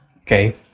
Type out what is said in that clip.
okay